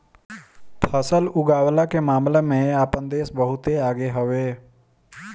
फसल उगवला के मामला में आपन देश बहुते आगे हवे